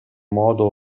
modo